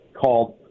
called